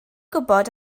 gwybod